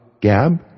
Gab